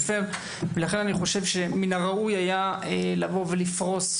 ולכן אני חושב שמין הראוי היה לבוא ולפרוס,